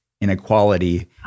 inequality